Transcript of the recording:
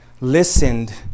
listened